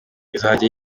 izajya